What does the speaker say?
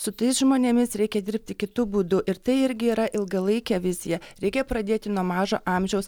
su tais žmonėmis reikia dirbti kitu būdu ir tai irgi yra ilgalaikė vizija reikia pradėti nuo mažo amžiaus